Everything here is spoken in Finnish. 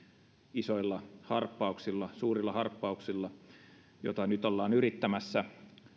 isoilla suurilla harppauksilla niin kuin nyt ollaan yrittämässä